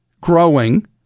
growing